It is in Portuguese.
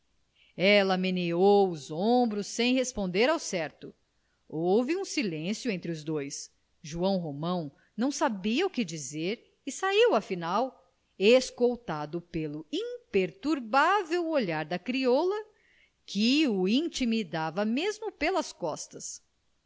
meneou os ombros sem responder ao certo houve um silêncio entre os dois joão romão não sabia o que dizer e saiu afinal escoltado pelo imperturbável olhar da crioula que o intimava mesmo pelas costas